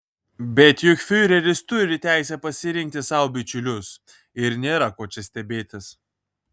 bet juk fiureris turi teisę pasirinkti sau bičiulius ir nėra ko čia stebėtis